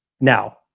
Now